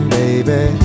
baby